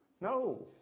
No